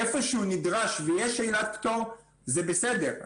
איפה שהוא נדרש ויש עילת פטור, זה בסדר.